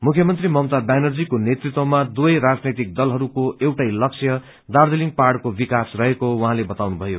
मुख्यमन्त्री ममता ब्यानर्जीको नेतृत्वमा दुवै राजनैतिक दलहरूको एउटे लक्ष्य दार्जीलिङ पहाड़को विकास रहेको बताउन् भयो